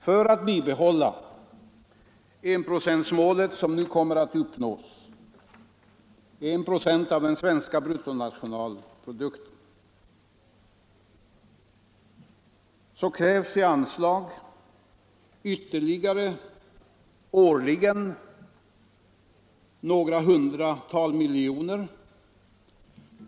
För att hålla biståndet uppe vid nivån 1 96 av den svenska bruttonationalprodukten — motsvarande enprocentsmålet — som nu kommer att uppnås krävs årligen ytterligare anslag på några hundratal miljoner.